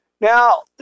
Now